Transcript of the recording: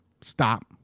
stop